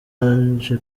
ange